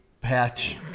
patch